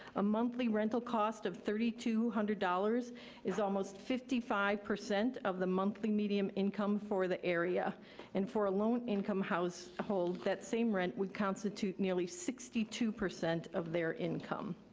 a monthly rental cost of three thousand two hundred dollars is almost fifty five percent of the monthly median income for the area and for a lone income household, that same rent would constitute nearly sixty two percent of their income.